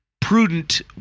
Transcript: prudent